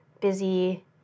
busy